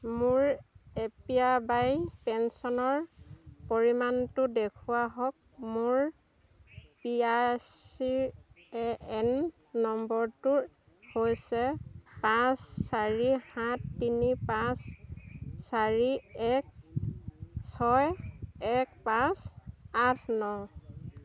মোৰ A P আবাই পেঞ্চনৰ পৰিমাণটো দেখুওৱা হক মোৰ পি আই এচ চিৰ এ এন নম্বৰটোৰ হৈছে পাঁচ চাৰি সাত তিনি পাঁচ চাৰি এক ছয় এক পাঁচ আঠ ন